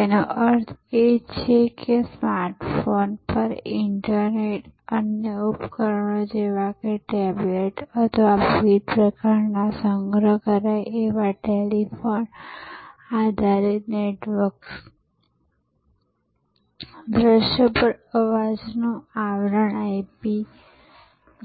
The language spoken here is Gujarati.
તેનો અર્થ એ છે કે સ્માર્ટ ફોન પર ઇન્ટરનેટ અન્ય ઉપકરણો જેવા કે ટેબ્લેટ અથવા વિવિધ પ્રકારના સંગ્રહ કરાય એવા ટેલિફોન આધારિત નેટવર્ક્સ દ્રશ્ય પર અવાજ નું આવરણ IP